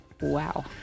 Wow